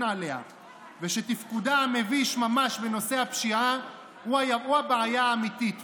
עליה ושתפקודה המביש ממש בנושא הפשיעה הוא הבעיה האמיתית.